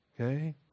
Okay